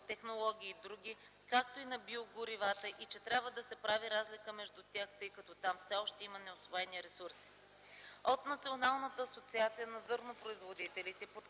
технологии и други, както и на биогоривата и че трябва да се прави разлика между тях, тъй като там все още има неусвоени ресурси. От Националната асоциация на зърнопроизводителите